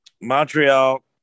Montreal